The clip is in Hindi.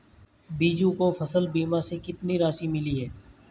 बीजू को फसल बीमा से कितनी राशि मिली है?